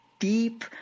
deep